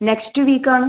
next week ആണ്